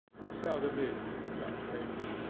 it seldom is in such cases.